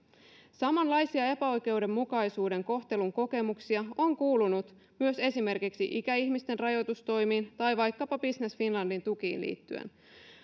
samanlaisia epäoikeudenmukaisuuden kohtelun kokemuksia on kuulunut myös esimerkiksi ikäihmisten rajoitustoimiin tai vaikkapa business finlandin tukiin liittyen